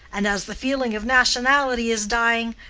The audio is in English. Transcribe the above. and as the feeling of nationality is dying,